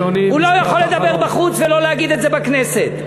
הוא לא יכול לדבר בחוץ ולא להגיד את זה בכנסת.